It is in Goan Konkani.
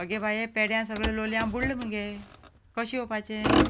आगे बाये पेड्यां सगळें लोलयां बुडले मगे कशें येवपाचें